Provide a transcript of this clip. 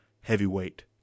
heavyweight